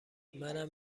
منم